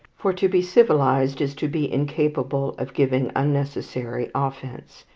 for to be civilized is to be incapable of giving unnecessary offence,